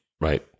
Right